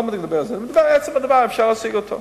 אלא על עצם הדבר שאפשר להשיג אותו.